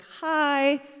hi